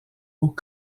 aux